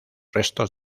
restos